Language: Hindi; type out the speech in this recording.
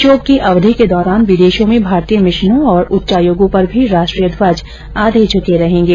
शोक की अवधि के दौरान विदेशों में भारतीय मिशनों और उच्चायोगों पर भी राष्ट्रीय ध्वज आधे झुके रहेंगे